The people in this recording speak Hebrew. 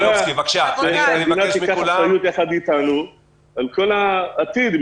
צריך שהמדינה תיקח אחריות ביחד איתנו על כל העתיד,